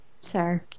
sir